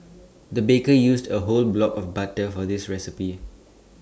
the baker used A whole block of butter for this recipe